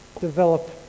develop